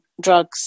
drugs